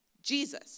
Jesus